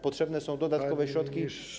Potrzebne są dodatkowe środki.